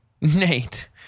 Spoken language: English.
Nate